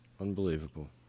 Unbelievable